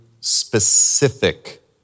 specific